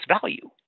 value